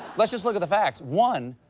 let's just look at the facts. one,